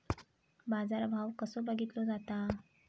बाजार भाव कसो बघीतलो जाता?